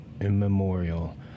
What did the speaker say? immemorial